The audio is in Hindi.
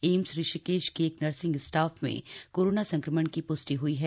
एम्स ऋषिकेश की एक नर्सिंग स्टाफ में कोरोना संक्रमण की प्ष्टि हुई है